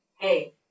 hey